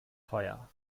teuer